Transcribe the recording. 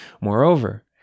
Moreover